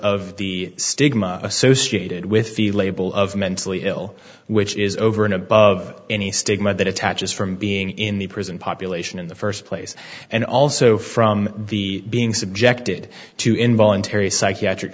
of the stigma associated with the label of mentally ill which is over and above any stigma that attaches from being in the prison population in the first place and also from the being subjected to involuntary psychiatric